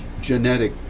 genetic